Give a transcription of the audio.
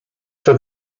for